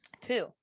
Two